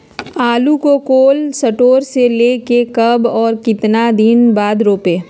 आलु को cold store से ले के कब और कितना दिन बाद रोपे?